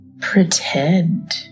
pretend